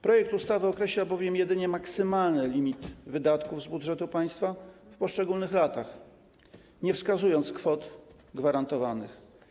Projekt ustawy określa bowiem jedynie maksymalny limit wydatków z budżetu państwa w poszczególnych latach, nie wskazując kwot gwarantowanych.